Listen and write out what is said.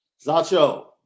Zacho